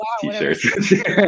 t-shirts